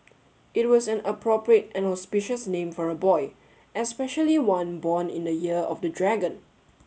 it was an appropriate and auspicious name for a boy especially one born in the year of the dragon